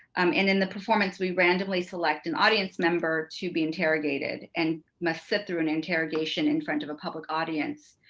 um in in the performance we randomly select an audience member to be interrogated, and must sit through an interrogation in front of a public audience